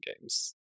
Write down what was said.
games